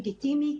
הוא ארגון לגיטימי.